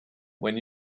when